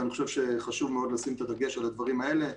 ואני חושב שחשוב מאוד לשים את הדגש על הדברים האלה,